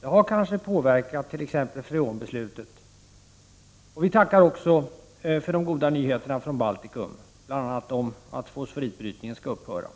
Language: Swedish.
Det har kanske påverkat t.ex. freonbeslutet. Vi tackar även för de goda nyheterna från Baltikum, bl.a. om att fosforitbrytningen skall upphöra.